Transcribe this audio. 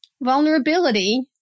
vulnerability